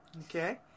Okay